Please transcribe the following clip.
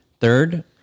Third